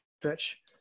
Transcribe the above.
stretch